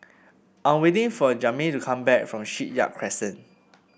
I'm waiting for Jaime to come back from Shipyard Crescent